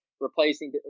replacing